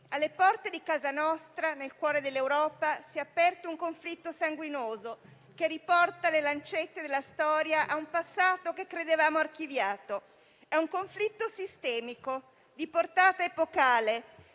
alle porte di casa nostra, nel cuore dell'Europa, si è aperto un conflitto sanguinoso, che riporta le lancette della storia a un passato che credevamo archiviato. È un conflitto sistemico, di portata epocale